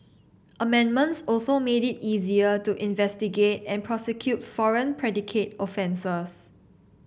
amendments also made it easier to investigate and prosecute foreign predicate offences